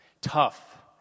tough